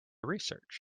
research